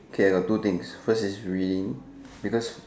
K we got two things first we because